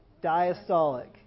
Diastolic